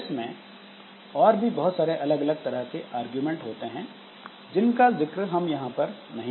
LS में और भी बहुत सारे अलग अलग तरह के अरगुमेंट होते हैं जिनका जिक्र हम यहां नहीं कर रहे